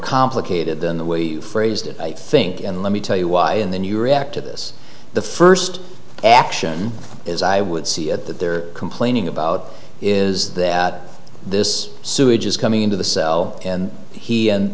complicated than the way you phrased it think and let me tell you why and then you react to this the first action is i would see it that they're complaining about is that this sewage is coming into the cell